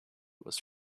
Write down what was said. was